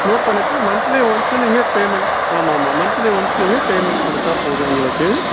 note பண்ணிவிட்டு monthly once நீங்கள் payment ஆமாம் ஆமாம் மந்த்லி ஒன்ஸ் நீங்கள் பேமெண்ட் கொடுத்தா போதும் எங்களுக்கு